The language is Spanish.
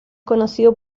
conocido